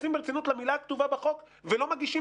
מתייחסים ברצינות למילה הכתובה בחוק ולא מגישים